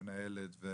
המנהלת,